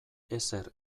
ezer